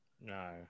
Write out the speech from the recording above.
no